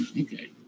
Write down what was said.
Okay